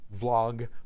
vlog